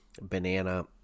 Banana